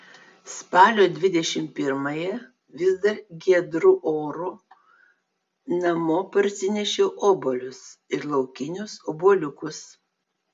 spalio dvidešimt pirmąją vis dar giedru oru namo parsinešiau obuolius ir laukinius obuoliukus